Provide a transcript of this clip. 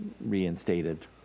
reinstated